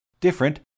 different